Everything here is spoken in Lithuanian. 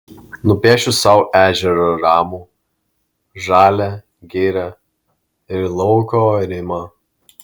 nupiešiu sau ežerą ramų žalią girią ir lauko arimą